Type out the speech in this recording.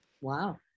Wow